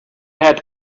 had